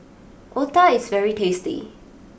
Otah is very tasty